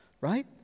right